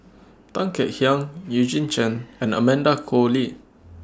Tan Kek Hiang Eugene Chen and Amanda Koe Lee